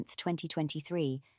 2023